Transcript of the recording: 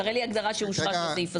תראה לי הגדרה שאושרה של הסעיף הזה.